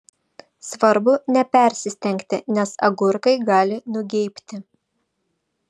svarbu nepersistengti nes agurkai gali nugeibti